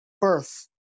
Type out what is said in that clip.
Birth